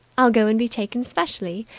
i'll go and be taken specially.